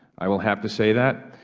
i will have to say that.